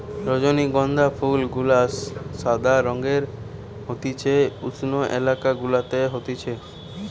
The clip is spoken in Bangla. রজনীগন্ধা ফুল গুলা সাদা রঙের হতিছে উষ্ণ এলাকা গুলাতে হতিছে